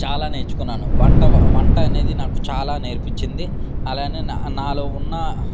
చాలా నేర్చుకున్నాను వంట వంట అనేది నాకు చాలా నేర్పించింది అలాగే నా నాలో ఉన్న